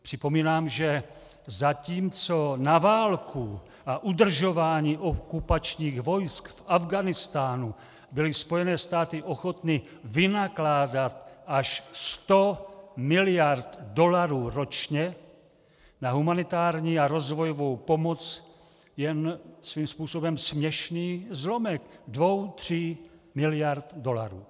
Připomínám, že zatímco na válku a udržování okupačních vojsk v Afghánistánu byly Spojené státy ochotny vynakládat až 100 miliard dolarů ročně, na humanitární a rozvojovou pomoc jen svým způsobem směšný zlomek dvou tří miliard dolarů.